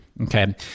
Okay